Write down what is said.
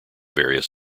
various